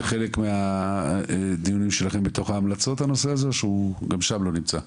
זה חלק מהדיונים שלכם בתוך ההמלצות הנושא הזה או שהוא גם שם לא נמצא?